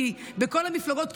כי בכל המפלגות,